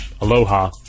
Aloha